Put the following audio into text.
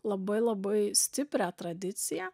labai labai stiprią tradiciją